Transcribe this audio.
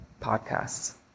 podcasts